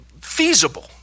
feasible